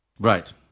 Right